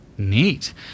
neat